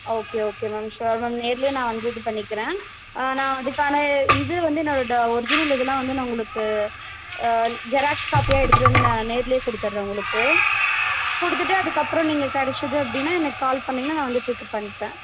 okay okay ma'am sure ma'am நேர்லேயே நான் வந்து இது பண்ணிக்கிறேன் ஆ நான் அதுக்கான இது வந்து என்னோடய டா ஒரிஜினல் இதெல்லாம் வந்து நான் உங்களுக்கு ஆ ஜெராக்ஸ் காப்பியாக எடுத்துகிட்டு வந்து நான் நேர்லேயே கொடுத்துட்றேன் உங்களுக்கு கொடுத்துட்டு அதுக்கப்புறம் நீங்கள் கிடச்சிது அப்படின்னா எனக்கு கால் பண்ணீங்கன்னால் நான் வந்து பிக்கப் பண்ணிப்பேன்